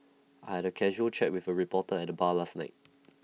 I had A casual chat with A reporter at the bar last night